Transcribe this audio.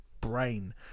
brain